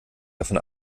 davon